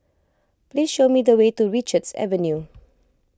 please show me the way to Richards Avenue